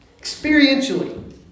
experientially